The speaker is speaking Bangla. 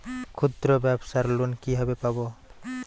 ক্ষুদ্রব্যাবসার লোন কিভাবে পাব?